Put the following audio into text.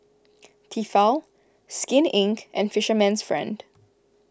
Tefal Skin Inc and Fisherman's Friend